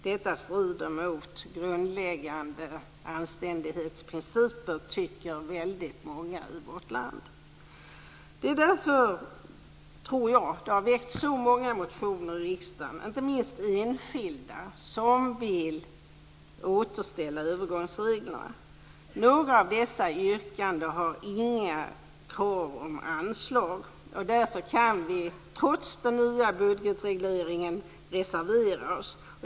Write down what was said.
Detta strider mot grundläggande anständighetsprinciper, tycker väldigt många i vårt land. Det är därför som det har väckts så många motioner i riksdagen, inte minst enskilda motioner, där man vill återställa övergångsreglerna. I några av dessa yrkanden finns inga krav på anslag. Därför kan vi - trots den nya budgetregleringen - reservera oss.